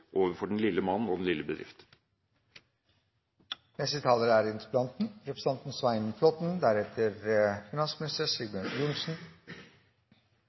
overfor den lille mann og den lille